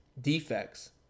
defects